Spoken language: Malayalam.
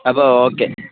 അപ്പോൾ ഓക്കെ